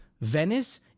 Venice